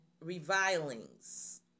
revilings